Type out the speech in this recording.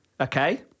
Okay